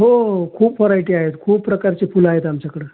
हो हो हो खूप वरायटी आहेत खूप प्रकारची फुलं आहेत आमच्याकडं